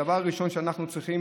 הדבר הראשון שאנחנו צריכים